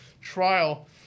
trial